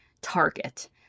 target